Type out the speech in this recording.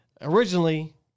originally